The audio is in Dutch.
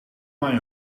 mijn